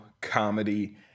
comedy